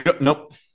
Nope